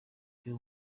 vya